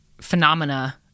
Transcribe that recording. phenomena